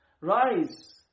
rise